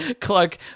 Clark